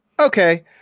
Okay